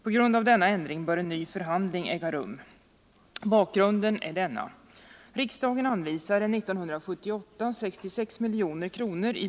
På grund av denna ändring bör en ny förhandling äga rum.